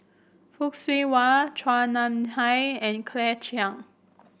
Fock Siew Wah Chua Nam Hai and Claire Chiang